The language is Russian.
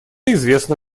известно